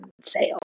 sale